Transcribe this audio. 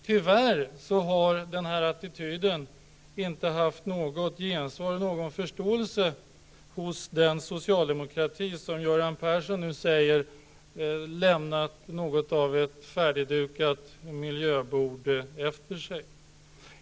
Tyvärr har denna attityd inte fått något gensvar och någon förståelse från den socialdemokrati som Göran Persson nu säger har lämnat något av ett färdigdukat miljöbord efter sig.